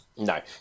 No